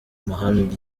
muhammed